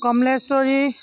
Kamaleshwari